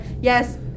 yes